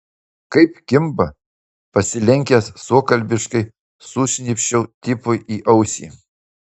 kaip kimba pasilenkęs suokalbiškai sušnypščiau tipui į ausį